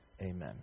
Amen